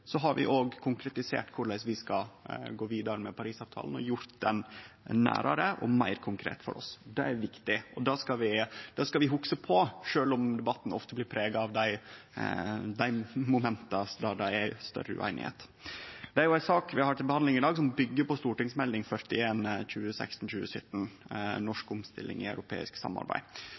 har vi også konkretisert korleis vi skal gå vidare med Parisavtalen, og gjort den nærare og meir konkret for oss. Det er viktig. Det skal vi hugse på, sjølv om debatten ofte blir prega av dei momenta der det er større ueinigheit. Den saka vi har til behandling i dag, byggjer på Meld. St. 41 for 2016–2017, om norsk omstilling i europeisk samarbeid.